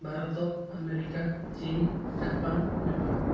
Bharat America ଚୀନ୍ Japan Nepal